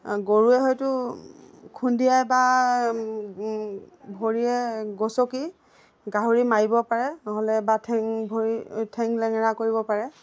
গৰুৱে হয়তো খুন্দিয়াই বা ভৰিয়ে গছকি গাহৰি মাৰিব পাৰে নহ'লে বা ঠেং ভৰি ঠেং লেঙেৰা কৰিব পাৰে